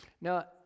Now